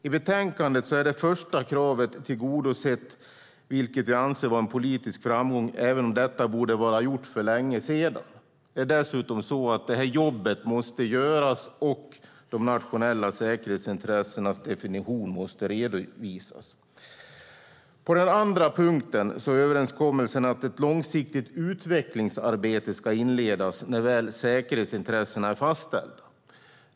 I betänkandet är det första kravet tillgodosett, vilket vi anser vara en politisk framgång, även om detta borde vara gjort för länge sedan. Dessutom är det så att det jobbet måste göras och de nationella säkerhetsintressenas definition redovisas. På den andra punkten är överenskommelsen att ett långsiktigt utvecklingsarbete ska inledas när säkerhetsintressena väl är fastställda.